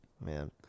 Man